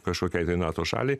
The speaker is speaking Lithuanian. kažkokiai tai nato šaliai